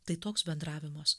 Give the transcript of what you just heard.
tai toks bendravimas